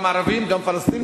גם ערבים וגם פלסטינים,